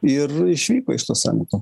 ir išvyko iš to samito